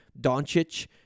Doncic